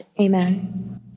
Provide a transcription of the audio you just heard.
Amen